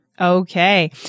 Okay